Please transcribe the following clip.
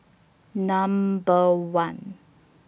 Number one